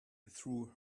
through